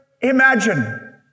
imagine